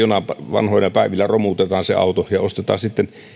vanhoilla päivillä romutetaan se auto ja ostetaan sitten